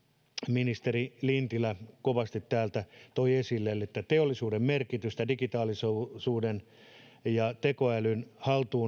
ministeri lintilä kovasti täältä toi esille että teollisuuden merkitystä digitaalisuuden ja tekoälyn haltuun ottamista ja sitä kautta